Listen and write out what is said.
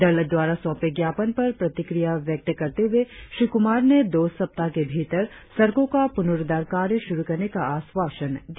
दल द्वारा सौंपे ज्ञापन पर प्रतिक्रिया देते हुए श्री कुमार ने दो सप्ताह के भीतर सड़कों का पुनुरुद्धार कार्य शुरु करने का आश्वासन दिया